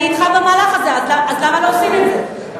אני אתך במהלך הזה, אז למה לא עושים את זה?